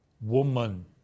Woman